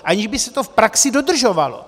aniž by se to v praxi dodržovalo.